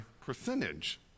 percentage